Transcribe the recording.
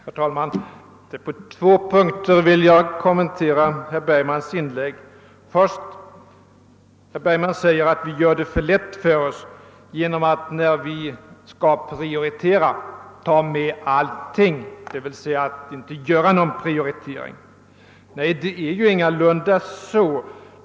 Herr talman! På två punkter vill jag kommentera herr Bergmans inlägg. För det första säger herr Bergman att mittenpartierna gör det lätt för sig genom att vi, när vi skall prioritera, tar med allting, d.v.s. inte åstadkommer någon prioritering. Det förhåller sig ingalunda på det sättet.